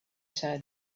said